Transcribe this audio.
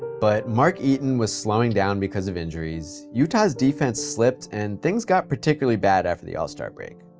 but mark eaton was slowing down because of injuries, utah's defense slipped, and things got particularly bad after the all-star break,